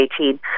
2018